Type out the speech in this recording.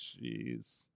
Jeez